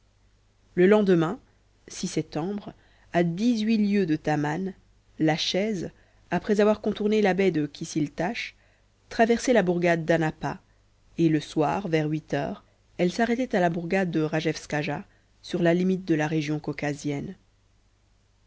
le lendemain septembre à dix-huit lieues de taman la chaise après avoir contourné la baie de kisiltasch traversait la bourgade d'anapa et le soir vers huit heures elle s'arrêtait à la bourgade de rajewskaja sur la limite de la région caucasienne